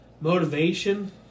motivation